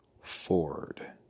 Ford